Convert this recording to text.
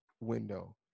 window